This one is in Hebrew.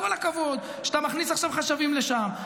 כל הכבוד שאתה מכניס עכשיו חשבים לשם,